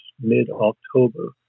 mid-October